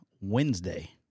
Wednesday